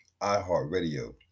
iHeartRadio